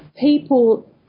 people